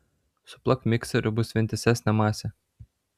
suplak mikseriu bus vientisesnė masė